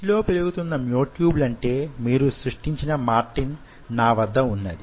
dish లో పెరుగుతున్న మ్యో ట్యూబ్లు అంటే మీరు సృష్టించిన మార్టిన్ నా వద్ద వున్నది